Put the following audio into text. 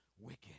wicked